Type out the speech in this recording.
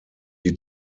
die